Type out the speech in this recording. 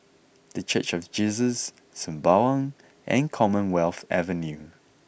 the Church of Jesus Sembawang and Commonwealth Avenue